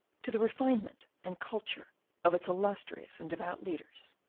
to the refinement and culture of its illustrious and devout leaders,